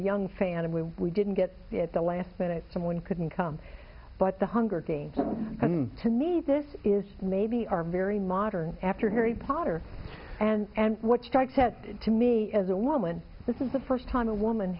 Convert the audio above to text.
young fan and when we didn't get it at the last minute someone couldn't come but the hunger games to me this is maybe are very modern after harry potter and and what strikes that to me as a woman this is the first time a woman